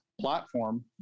platform